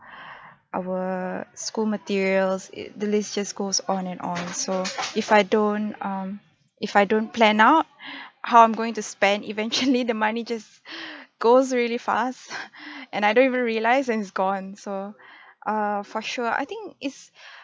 our school materials it the list just goes on and on so if I don't um if I don't plan out how I'm going to spend eventually the money just goes really fast and I don't even realise and it's gone so err for sure I think it's